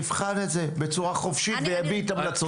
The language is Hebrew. יבחן את זה בצורה חופשית ויביא את המלצותיו.